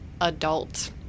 adult